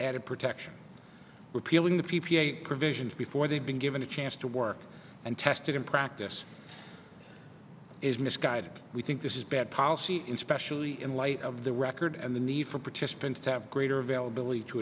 added protection repealing the p p a provisions before they've been given a chance to work and test it in practice is misguided we think this is bad policy in specially in light of the record and the need for participants to have greater availability to